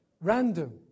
random